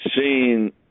seeing